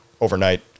overnight